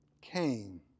came